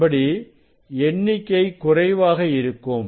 அதன்படி எண்ணிக்கைகுறைவாக இருக்கும்